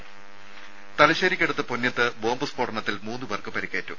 ദേദ തലശ്ശേരിക്കടുത്ത് പൊന്ന്യത്ത് ബോംബ് സ്ഫോടനത്തിൽ മൂന്നുപേർക്ക് പരിക്കേറ്റു